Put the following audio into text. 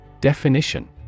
Definition